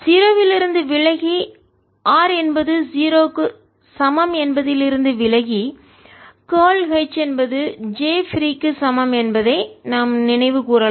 H0H0 0 இலிருந்து விலகி r என்பது 0 க்கு சமம் என்பதில் இருந்து விலகி கார்ல் H என்பது J பிரீ க்கு சமம் என்பதை நாம் நினைவு கூரலாம்